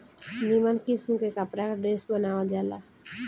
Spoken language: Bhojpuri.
निमन किस्म के कपड़ा के ड्रेस बनावल जाला